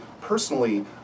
Personally